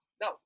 no